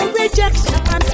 rejection